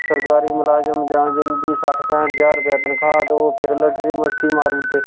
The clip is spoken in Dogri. सरकारी मलाजम जां जिंदी सट्ठ पैंठ ज्हार रपेआ तनखाह् ते फेर ओहे लटरी मस्ती मारी ओड़दे